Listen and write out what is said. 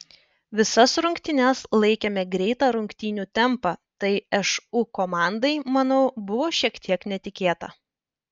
visas rungtynes laikėme greitą rungtynių tempą tai šu komandai manau buvo šiek tiek netikėta